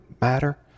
matter